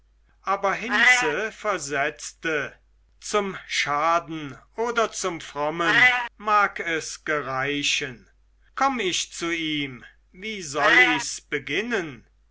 aber hinze versetzte zum schaden oder zum frommen mag es gereichen komm ich zu ihm wie soll ichs beginnen